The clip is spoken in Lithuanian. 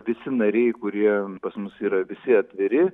visi nariai kurie pas mus yra visi atviri